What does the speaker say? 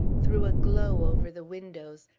threw a glow over the windows,